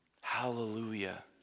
Hallelujah